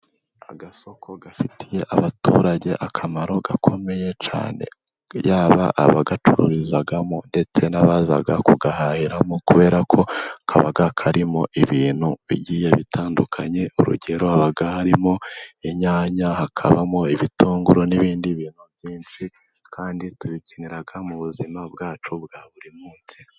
Agasoko gafitiye abaturage akamaro gakomeye cyane. Yaba abagacururizamo ndetse n'abaza kugahahiramo, kubera ko kaba karimo ibintu bigiye bitandukanye. Urugero haba harimo inyanya, hakabamo ibitunguru, n'ibindi bintu byinshi kandi tubikenera mu buzima bwacu bwa buri munsi.